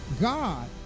God